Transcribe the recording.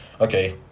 okay